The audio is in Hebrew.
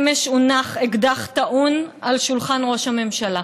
אמש הונח אקדח טעון על שולחן ראש הממשלה.